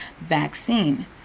vaccine